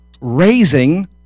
raising